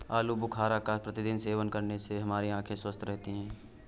आलू बुखारा का प्रतिदिन सेवन करने से हमारी आंखें स्वस्थ रहती है